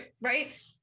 right